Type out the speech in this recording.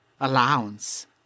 allowance